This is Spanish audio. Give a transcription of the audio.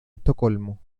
estocolmo